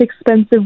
expensive